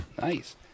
nice